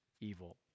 evil